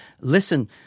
listen